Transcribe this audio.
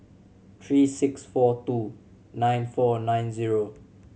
three six four two nine four nine zero